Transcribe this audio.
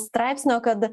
straipsnio kad